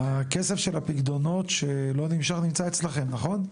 הכסף של הפיקדונות שלא נמשך, נמצא אצלכם, נכון?